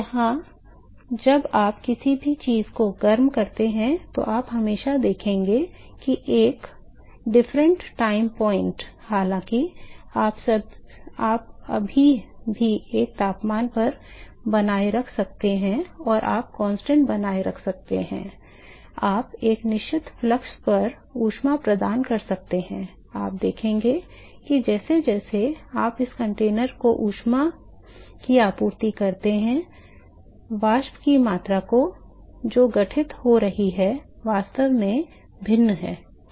जहां जब आप किसी चीज को गर्म करते हैं तो आप हमेशा देखेंगे कि एक अलग समय बिंदु हालांकि आप अभी भी एक ही तापमान पर बनाए रख सकते हैं और आप निरंतर बनाए रख सकते हैं आप एक निश्चित प्रवाह पर ऊष्मा प्रदान कर सकते हैं आप देखेंगे कि आप इस कंटेनर को ऊष्मा की आपूर्ति करते हैं वाष्प की मात्रा जो गठित हो रही है वास्तव में भिन्न है ठीक है